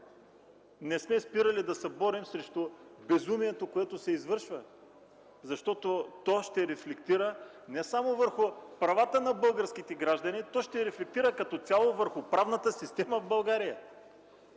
не сме спирали да се борим срещу безумието, което се извършва. То ще рефлектира не само върху правата на българските граждани. То ще рефлектира като цяло върху правната система в България!